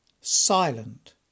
silent